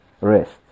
rest